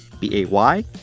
B-A-Y